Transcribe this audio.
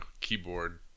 keyboard